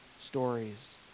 stories